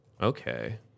Okay